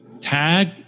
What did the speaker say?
tag